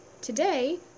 Today